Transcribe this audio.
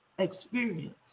experience